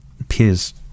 appears